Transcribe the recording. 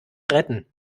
retten